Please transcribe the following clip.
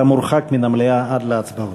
אתה מורחק מן המליאה עד להצבעות.